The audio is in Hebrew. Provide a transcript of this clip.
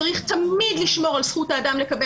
שצריך תמיד לשמור על זכות האדם לקבל